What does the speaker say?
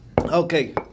Okay